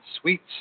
Sweets